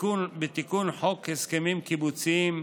בתיקון חוק הסכמים קיבוציים,